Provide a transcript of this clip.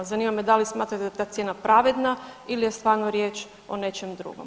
Zanima me da li smatrate da je ta cijena pravedna ili je stvarno riječ o nečem drugom?